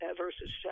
versus